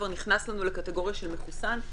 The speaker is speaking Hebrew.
כבר נכנס לנו לקטגוריה של מחוסן.